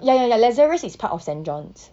ya ya ya lazarus is part of saint john's